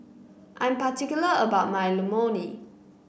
I'm particular about my Imoni